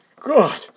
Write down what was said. God